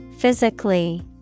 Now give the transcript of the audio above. Physically